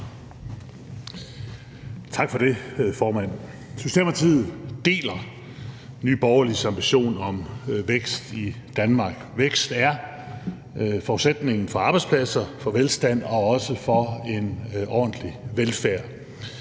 Tak for det, formand. Socialdemokratiet deler Nye Borgerliges ambition om vækst i Danmark. Vækst er forudsætningen for arbejdspladser, velstand og også for en ordentlig velfærd.